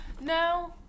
No